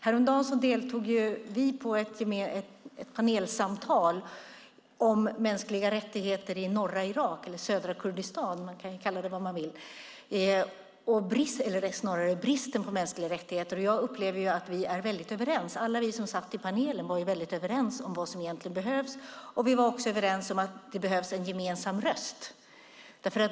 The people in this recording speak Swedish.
Häromdagen deltog vi i ett panelsamtal om mänskliga rättigheter, eller snarare bristen på mänskliga rättigheter, i norra Irak - eller södra Kurdistan; man kan kalla det vad man vill. Jag upplever att vi är överens. Alla vi som satt i panelen var väldigt överens om vad som egentligen behövs. Vi var också överens om att det behövs en gemensam röst.